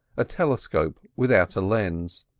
a telescope without a lens,